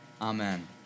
amen